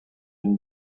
une